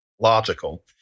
logical